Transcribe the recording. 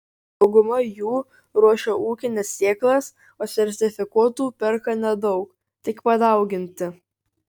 dauguma jų ruošia ūkines sėklas o sertifikuotų perka nedaug tik padauginti